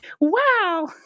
Wow